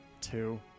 Two